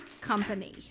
Company